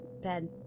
dead